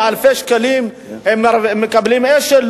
אלפי שקלים, מקבלים אש"ל?